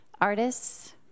artists